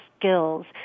skills